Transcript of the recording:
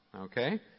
Okay